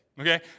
okay